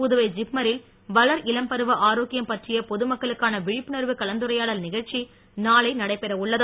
பு துவை ஜி ப்ம ரி ல் வள ர் இள ம் பருவ ஆரோக்கிய ம் பற்றிய பொதுமக்களுக்கான வி ழி ப் புண ர வு கலந்துரையாடல் நி கழ்ச் சி நாளை நடைபெற உள்ளது